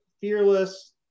Fearless